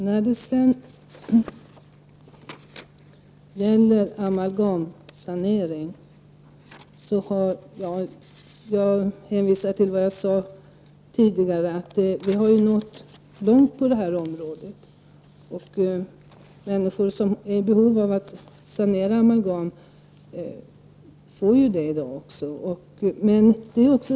I frågan om amalgamsaneringen hänvisar jag till vad jag sade tidigare. Vi har nått långt på det området, och människor som har behov av amalgamsanering får i dag också sådan.